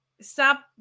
Stop